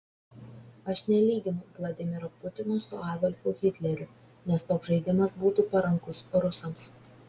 aš nelyginu vladimiro putino su adolfu hitleriu nes toks žaidimas būtų parankus rusams